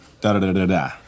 da-da-da-da-da